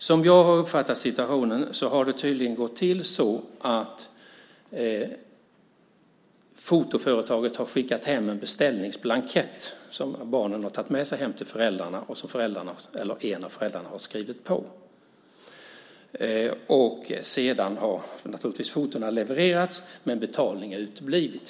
Som jag har uppfattat situationen har det gått till så att fotoföretaget har skickat med barnen en beställningsblankett som en av föräldrarna har skrivit på. Sedan har fotona levererats, men betalningen har uteblivit.